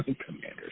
Commanders